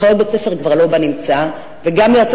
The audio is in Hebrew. אחיות בית-ספר כבר לא בנמצא וגם יועצות